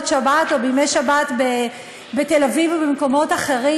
שבת או בימי שבת בתל-אביב או במקומות אחרים,